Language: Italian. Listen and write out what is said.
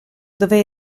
dove